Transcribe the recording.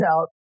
out